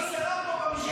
אה, היית חסרה פה במשכן.